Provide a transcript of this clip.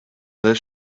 this